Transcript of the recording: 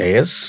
Yes